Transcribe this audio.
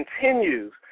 continues